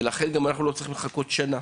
לכן גם אנחנו לא צריכים לחכות שנה.